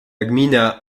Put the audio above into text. gmina